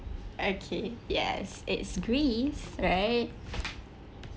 okay yes it's greece right